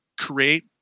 create